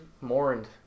mourned